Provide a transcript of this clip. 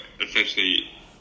essentially